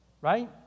right